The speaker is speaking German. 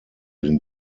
den